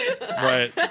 Right